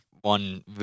one